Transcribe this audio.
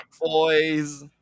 Boys